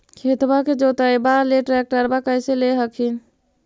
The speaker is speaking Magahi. खेतबा के जोतयबा ले ट्रैक्टरबा कैसे ले हखिन?